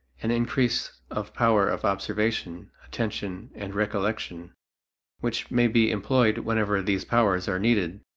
an increase of power of observation, attention, and recollection which may be employed whenever these powers are needed.